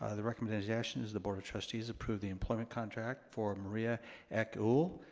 ah the recommended yeah action is the board of trustees approve the employment contract for maria eck-ool,